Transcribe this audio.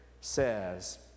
says